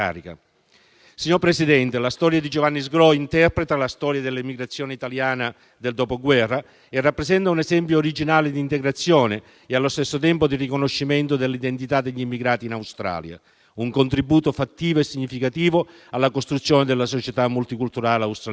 Signor Presidente, la storia personale di Giovanni Sgrò interpreta la storia dell'emigrazione italiana del dopoguerra e rappresenta un esempio originale d'integrazione e, allo stesso tempo, di riconoscimento dell'identità degli immigrati in Australia. Un contributo fattivo e significativo alla costruzione della società multiculturale australiana.